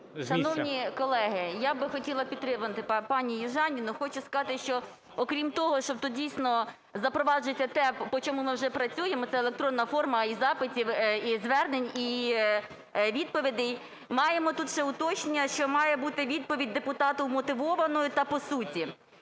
Шановні колеги, я би хотіла підтримати пані Южаніну. Хочу сказати, що, окрім того, що дійсно, запроваджується те, по чому ми вже працюємо, і це електронна форма і запитів, і звернень, і відповідей, маємо тут ще уточнення, що має бути відповідь депутату вмотивованою та по суті.